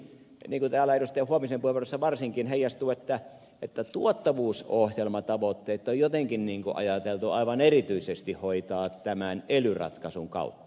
huovisen puheenvuorosta se varsinkin heijastui että tuottavuusohjelmatavoitteet on jotenkin niin kuin ajateltu aivan erityisesti hoitaa tämän ely ratkaisun kautta